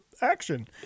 action